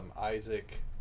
Isaac